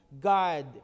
god